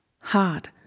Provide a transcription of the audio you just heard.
hard